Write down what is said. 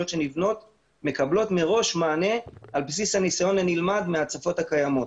שנבנות מקבלות מראש מענה על בסיס הניסיון הנלמד מההצפות הקיימות.